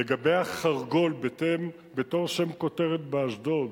לגבי ה"חרגול", בתור כותרת, באשדוד,